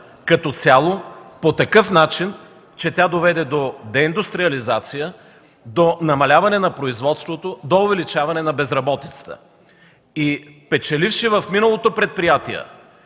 като цяло по такъв начин, че доведе до деиндустриализация, до намаляване на производството, до увеличаване на безработицата. Печеливши в миналото предприятия